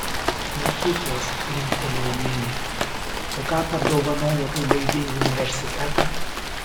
mokyklos linktelėjo minė o ką padovanojo kai baigei universitetą